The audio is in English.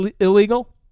illegal